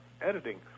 editing